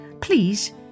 Please